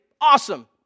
awesome